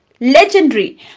legendary